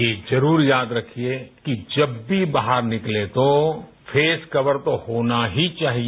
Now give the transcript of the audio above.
यह जरूर याद रखिए कि जब भी बाहर निकलें तो फेस कवर तो होना ही चाहिए